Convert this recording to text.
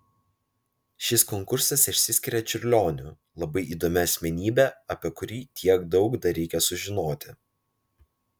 šis konkursas išsiskiria čiurlioniu labai įdomia asmenybe apie kurį tiek daug dar reikia sužinoti